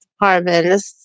department